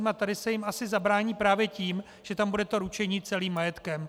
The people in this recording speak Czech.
A tady se jim asi zabrání právě tím, že tam bude to ručení celým majetkem.